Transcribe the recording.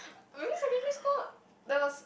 remember secondary school there was